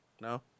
No